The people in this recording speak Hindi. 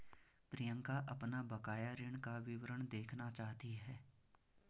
प्रियंका अपना बकाया ऋण का विवरण देखना चाहती है